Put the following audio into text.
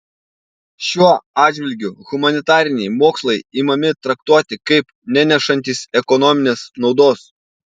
šiuo atžvilgiu humanitariniai mokslai imami traktuoti kaip nenešantys ekonominės naudos